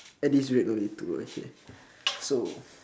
at this rate only two okay so